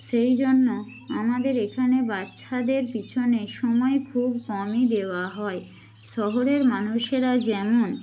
সেই জন্য আমাদের এখানে বাচ্চাদের পিছনে সময় খুব কমই দেওয়া হয় শহরের মানুষেরা যেমন